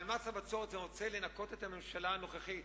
ממס הבצורת אני רוצה לנקות את הממשלה הנוכחית,